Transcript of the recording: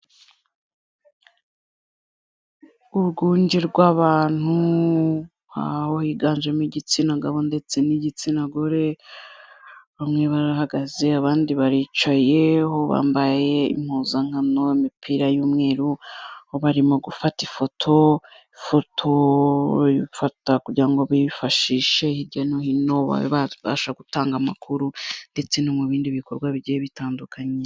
Urwunge rw'abantu higanjemo igitsina gabo ndetse n'igitsina gore, bamwe barahagaze abandi baricaye bambaye impuzankano imipira y'umweru, aho barimo gufata ifoto, ifoto barayifata kugira biyifashishe hirya no hino babe babasha gutanga amakuru ndetse no mu bindi bikorwa bigiye bitandukanye.